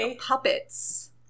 puppets